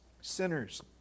sinners